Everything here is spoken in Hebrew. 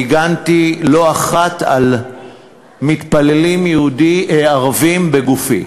והגנתי לא אחת על מתפללים ערבים בגופי,